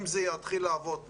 אם זה יתחיל לעבוד כראוי,